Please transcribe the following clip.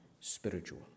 spiritual